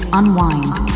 unwind